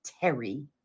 Terry